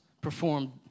performed